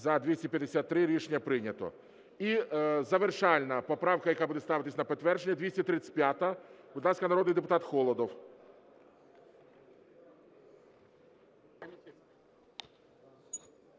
За-253 Рішення прийнято. І завершальна поправка, яка буде ставитися на підтвердження, 235-а. Будь ласка, народний депутат Холодов.